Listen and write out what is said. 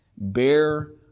Bear